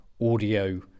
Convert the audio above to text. audio